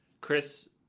Chris